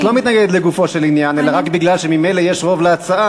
אם את לא מתנגדת לגופו של עניין אלא רק מפני שממילא יש רוב להצעה,